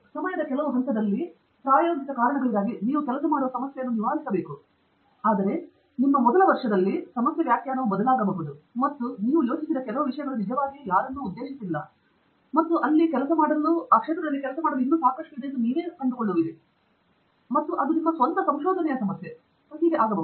ಸಮಯದ ಕೆಲವು ಹಂತದಲ್ಲಿ ಪ್ರಾಯೋಗಿಕ ಕಾರಣಗಳಿಗಾಗಿ ನೀವು ಕೆಲಸ ಮಾಡುವ ಸಮಸ್ಯೆಯನ್ನು ನಿವಾರಿಸಬೇಕು ಆದರೆ ನಿಮ್ಮ ಕೆಲಸದ ಮೊದಲ ವರ್ಷದಲ್ಲಿ ಸಮಸ್ಯೆ ವ್ಯಾಖ್ಯಾನವು ಬದಲಾಗಬಹುದು ಮತ್ತು ನೀವು ಯೋಚಿಸಿದ ಕೆಲವು ವಿಷಯಗಳು ಅಲ್ಪವಾದ ನಿಜವಾಗಿಯೂ ಯಾರನ್ನೂ ಉದ್ದೇಶಿಸಿಲ್ಲ ಮತ್ತು ಅಲ್ಲಿ ಕೆಲಸ ಮಾಡಲು ಸಾಕಷ್ಟು ಇದೆ ಎಂದು ನೀವು ಕಂಡುಕೊಳ್ಳುತ್ತೀರಿ ಮತ್ತು ಅದು ನಿಮ್ಮ ಸ್ವಂತ ಸಂಶೋಧನೆಯ ಸಮಸ್ಯೆ ಮತ್ತು ಹೀಗೆ ಆಗಬಹುದು